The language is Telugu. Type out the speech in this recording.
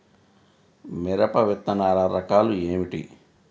మిరప విత్తనాల రకాలు ఏమిటి?